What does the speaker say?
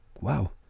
wow